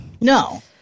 No